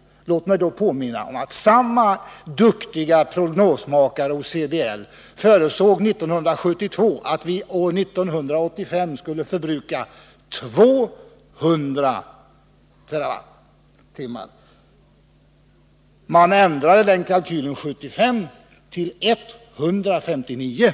Men låt mig påminna om att samma duktiga prognosmakare hos CDL år 1972 förutsåg att vi år 1985 skulle förbruka 200 TWh. Den kalkylen ändrades 1975 till 159 TWh. Bo